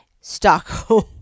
Stockholm